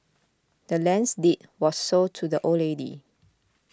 the land's deed was sold to the old lady